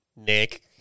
Nick